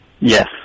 Yes